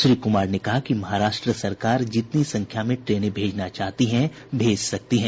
श्री कुमार ने कहा कि महाराष्ट्र सरकार जितनी संख्या में ट्रेनें भेजना चाहती हैं भेज सकती हैं